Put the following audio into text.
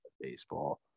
baseball